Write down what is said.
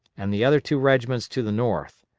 and the other two regiments to the north.